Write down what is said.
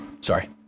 Sorry